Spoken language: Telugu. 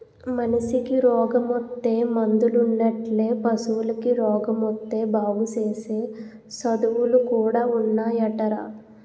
మనిసికి రోగమొత్తే మందులున్నట్లే పశువులకి రోగమొత్తే బాగుసేసే సదువులు కూడా ఉన్నాయటరా